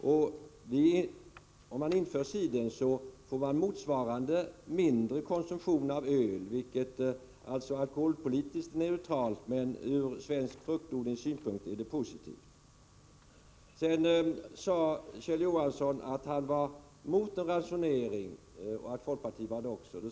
Om man inför cidern, får man motsvarande mindre konsumtion av öl, vilket alltså är alkoholpolitiskt neutralt, men ur svensk fruktodlings synpunkt är det positivt. Sedan sade Kjell Johansson att han är emot en ransonering och att folkpartiet också är det.